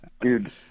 dude